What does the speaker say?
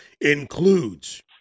includes